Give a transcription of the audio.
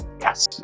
Yes